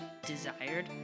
desired